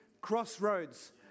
crossroads